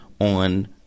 on